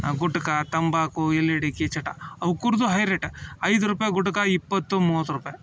ಗುಟ್ಕಾ ತಂಬಾಕು ಎಲೆ ಅಡಿಕೆ ಚಟ ಅವ್ಕುರ್ದು ಹೈ ರೇಟ ಐದು ರೂಪಾಯಿ ಗುಟ್ಕಾ ಇಪ್ಪತ್ತು ಮೂವತ್ತು ರೂಪಾಯಿ